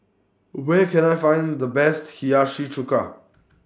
Where Can I Find The Best Hiyashi Chuka